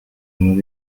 muri